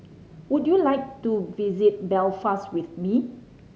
would you like to visit Belfast with me